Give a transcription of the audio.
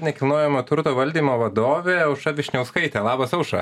nekilnojamo turto valdymo vadovė aušra višniauskaitė labas aušra